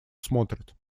смотрят